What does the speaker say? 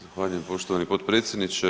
Zahvaljujem poštovani potpredsjedniče.